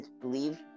Believe